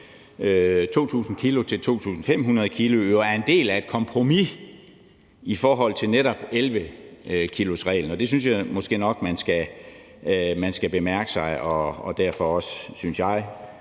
2.000 kg til 2.500 kg er en del af et kompromis i forhold til netop 11-kilosreglen. Det synes jeg måske nok at man skal mærke sig og derfor også, synes jeg,